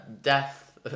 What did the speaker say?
death